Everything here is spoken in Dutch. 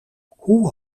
hoe